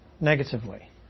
negatively